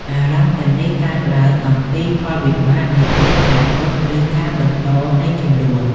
អារម្មណ៍ទាំងនេះកើតឡើងអំពីផលវិបាកនាពេលអនាគត ឬការបន្តនៃជម្លោះ។